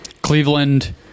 cleveland